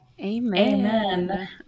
Amen